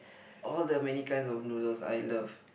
all the many kinds of noodles I love